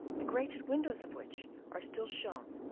the grated windows of which are still shown,